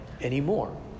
anymore